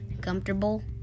comfortable